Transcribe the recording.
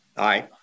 Aye